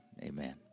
Amen